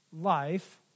life